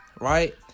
right